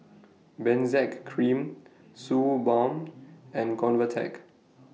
Benzac Cream Suu Balm and Convatec